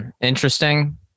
Interesting